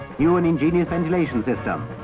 new and ingenious ventilation system.